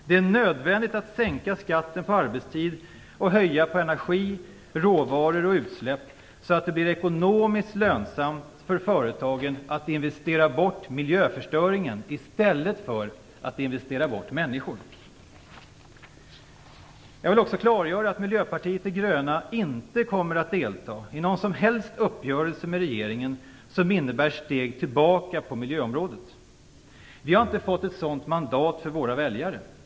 Det är nödvändigt att sänka skatten på arbetstid och höja skatten på energi, råvaror och utsläpp så att det blir ekonomiskt lönsamt för företagen att investera bort miljöförstöringen i stället för att investera bort människor. Jag vill också klargöra att Miljöpartiet de gröna inte kommer att delta i någon som helst uppgörelse med regeringen som innebär steg tillbaka på miljöområdet. Vi har inte fått ett sådant mandat från våra väljare.